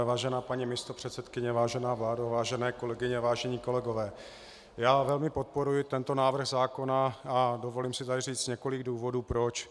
Vážená paní místopředsedkyně, vážená vládo, vážené kolegyně, vážení kolegové, já velmi podporuji tento návrh zákona a dovolím si tady říci několik důvodů proč.